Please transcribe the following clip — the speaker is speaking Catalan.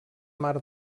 mar